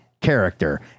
character